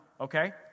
okay